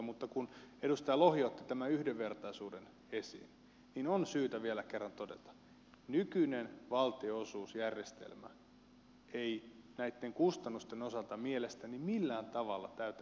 mutta kun edustaja lohi otti tämän yhdenvertaisuuden esiin niin on syytä vielä kerran todeta että nykyinen valtionosuusjärjestelmä ei näitten kustannusten osalta mielestäni millään tavalla täytä yhdenvertaisuuden kriteerejä